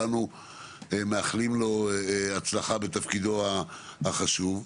שכולנו מאחלים לו הצלחה בתפקידו החשוב.